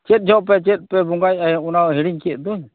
ᱪᱮᱫ ᱡᱚᱯᱮ ᱪᱮᱫᱯᱮ ᱵᱤᱚᱸᱜᱟᱭᱮᱫᱼᱟ ᱚᱱᱟᱢᱟᱧ ᱦᱤᱲᱤᱧᱠᱮᱫ ᱫᱚᱧ